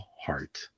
heart